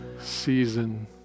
season